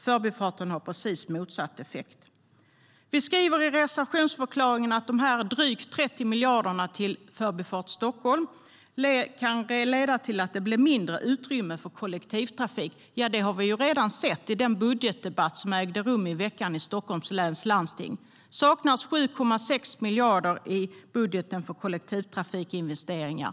Förbifarten har precis motsatt effekt. Vi skriver i motionsförklaringen att de drygt 30 miljarderna till Förbifart Stockholm kan leda till att det blir mindre utrymme till kollektivtrafik. Det har vi ju redan hört i den budgetdebatt som ägde rum i veckan i Stockholms läns landsting. Det saknas 7,6 miljarder i budgeten för kollektivtrafikinvesteringar.